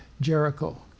Jericho